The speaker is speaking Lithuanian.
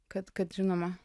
kad kad žinoma